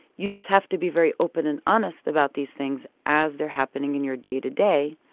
you just have to be very open and honest about these things as they're happening in your day to day.